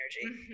energy